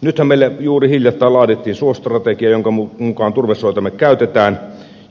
nythän meille juuri hiljattain laadittiin suostrategia jonka mukaan me käytämme